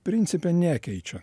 principe nekeičia